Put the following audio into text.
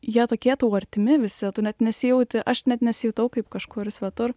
jie tokie tau artimi visi tu net nesijauti aš net nesijutau kaip kažkur svetur